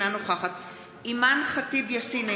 אינה נוכחת אימאן ח'טיב יאסין,